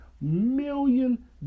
million